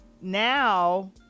now